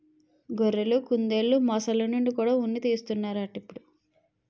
గొర్రెలు, కుందెలు, మొసల్ల నుండి కూడా ఉన్ని తీస్తన్నారట ఇప్పుడు